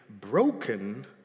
broken